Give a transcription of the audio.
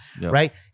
right